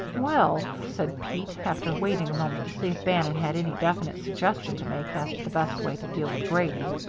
well, said pete, after waiting a moment to see if bannon had any definite suggestion to make as to the best way to deal with grady,